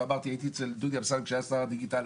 הייתי אצל דודי אמסלם כאשר היה שר הדיגיטל,